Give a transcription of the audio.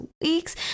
weeks